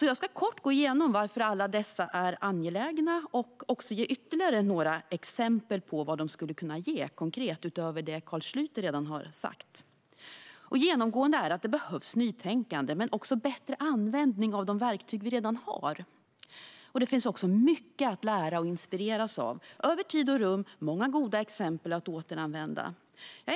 Jag ska kort gå igenom varför alla dessa förslag är angelägna och även ge ytterligare några exempel på vad de skulle kunna ge konkret utöver det Carl Schlyter redan har sagt. Genomgående är att det behövs nytänkande men också bättre användning av de verktyg som redan finns. Det finns mycket att lära och inspireras av, över tid och rum, och många goda exempel att återanvända.